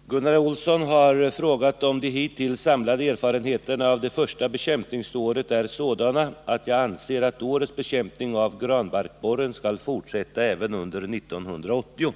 Herr talman! Gunnar Olsson har frågat om de hittills samlade erfarenheterna av det första bekämpningsåret är sådana att jag anser att årets bekämpning av granbarkborren skall fortsätta även under 1980.